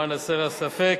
למען הסר הספק,